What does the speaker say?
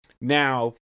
Now